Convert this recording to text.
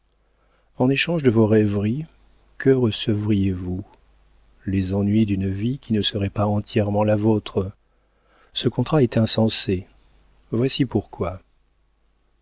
en échange de vos rêveries que recevriez vous les ennuis d'une vie qui ne serait pas entièrement la vôtre ce contrat est insensé voici pourquoi